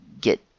get